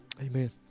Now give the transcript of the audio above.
Amen